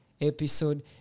episode